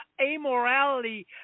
amorality